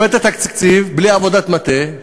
הבאת תקציב בלי עבודת מטה,